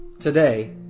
Today